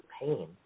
pain